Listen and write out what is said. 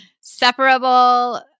Separable